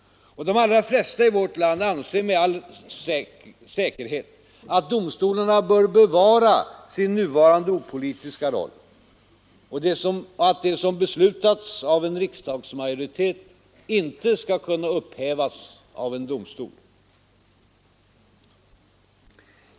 De allra flesta i vårt land anser med all säkerhet att domstolarna bör bevara sin nuvarande opolitiska roll och att det som beslutats av en riksdagsmajoritet inte skall kunna upphävas av en domstol.